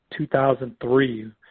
2003